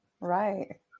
right